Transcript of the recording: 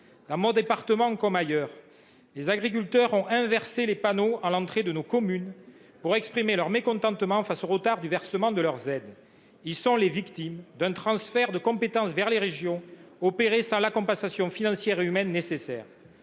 Dans mon département comme ailleurs, les agriculteurs ont inversé les panneaux à l’entrée de nos communes, pour exprimer leur mécontentement face au retard du versement de leurs aides. Ils sont les victimes d’un transfert de compétence vers les régions qui a été opéré sans être accompagné de la compensation financière et humaine nécessaire.